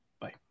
Bye